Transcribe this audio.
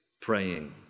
praying